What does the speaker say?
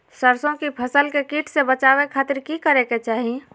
सरसों की फसल के कीट से बचावे खातिर की करे के चाही?